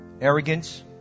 arrogance